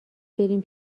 بریم